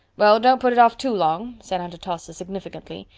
well, don't put it off too long, said aunt atossa significantly.